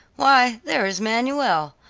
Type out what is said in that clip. why there is manuel.